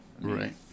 Right